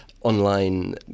online